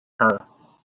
her